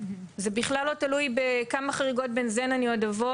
זה בכלל לא תלוי בכמה חריגות בנזן אני עוד אבוא